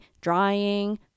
drying